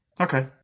Okay